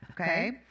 okay